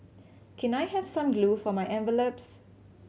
can I have some glue for my envelopes